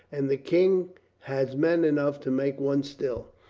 and the king has men enough to make one still.